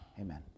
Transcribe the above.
Amen